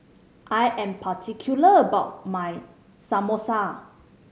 I am particular about my Samosa